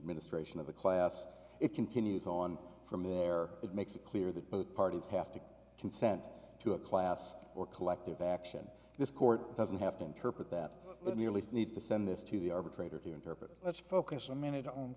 ministration of the class it continues on from there it makes it clear that both parties have to consent to a class or collective action this court doesn't have to interpret that but merely needs to send this to the arbitrator to interpret let's focus a minute on